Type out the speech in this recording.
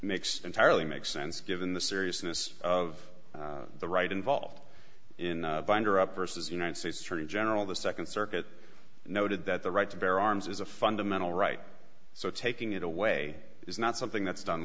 makes entirely makes sense given the seriousness of the right involved in binder up versus united states attorney general the nd circuit noted that the right to bear arms is a fundamental right so taking it away is not something that's done